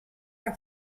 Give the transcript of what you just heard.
que